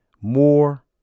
more